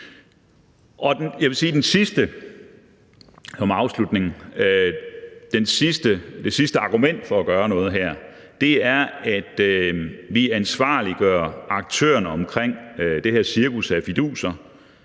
afslutning er det sidste argument for at gøre noget her, at vi ansvarliggør aktørerne omkring det her cirkus af fiduser,